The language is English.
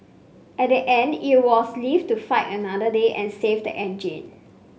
at the end it was live to fight another day and save the engine